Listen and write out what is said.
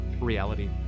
reality